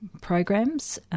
programs